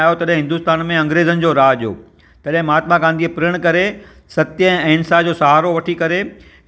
M I कंपनीय आहे mobile अलगि अलगि टाइप कंपनी मोबाइल आहिनि पर मोबाइल मां एतिरा फ़ाइदा